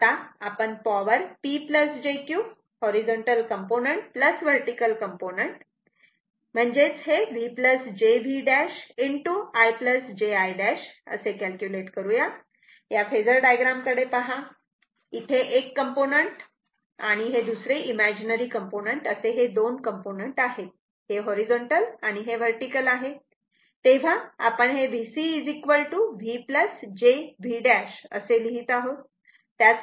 आता आपण power P jQ horizontal component vertical component horizontal component vertical component v j v' i j i' हे calculate करूया या phasor diagram कडे पहा इथे हे एक कॉम्पोनन्ट आणि हे दुसरे इमेजनरी कॉम्पोनन्ट असे हे दोन कॉम्पोनन्ट आहे हे हॉरिझॉन्टल आणि व्हर्टिकल आहे तेव्हा आपण हे VC v j v' असे लिहीत आहोत